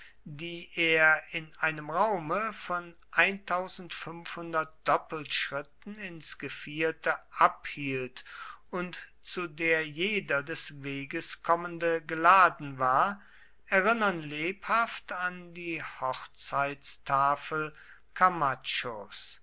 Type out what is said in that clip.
die er in einem raume von doppelschritten ins gevierte abhielt und zu der jeder des wegs kommende geladen war erinnern lebhaft an die hochzeitstafel